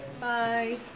Bye